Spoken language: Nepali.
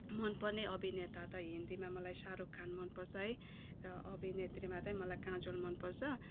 मनपर्ने अभिनेता त हिन्दीमा मलाई शाहरुख खान मनपर्छ है र अभिनेत्रीमा चाहिँ मलाई काजोल मनपर्छ